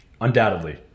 undoubtedly